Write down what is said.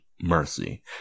mercy